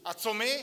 A co my?